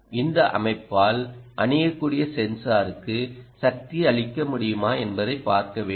இந்த அமைப்பால் அணியக்கூடிய சென்சாருக்கு சக்தியளிக்க முடியுமா என்பதை பார்க்க வேண்டும்